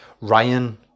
Ryan